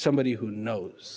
somebody who knows